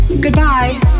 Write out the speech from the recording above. goodbye